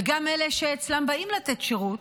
וגם אלה שאצלם באים לתת שירות,